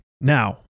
Now